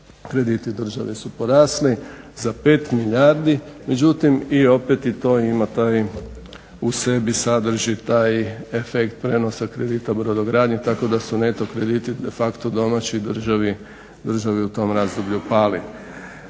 krediti države su porasli za 5 milijardi, međutim i opet i to ima taj, u sebi sadrži taj efekt prijenosa kredita brodogradnji tako da su neto krediti de facto domaći državi u tom razdoblju pali.